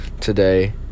today